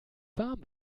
warm